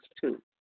two